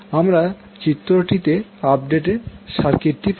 আমরা চিত্রটিতে আপডেটেড সার্কিটটি পাবো